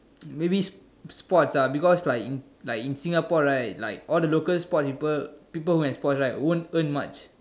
maybe sports ah because like in like in Singapore right like all the local sports people people who have sports right won't earn much